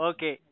Okay